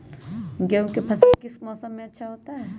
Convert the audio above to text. गेंहू का फसल किस मौसम में अच्छा होता है?